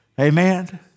amen